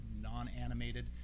non-animated